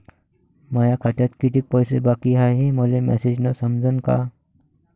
माया खात्यात कितीक पैसे बाकी हाय हे मले मॅसेजन समजनं का?